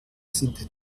sind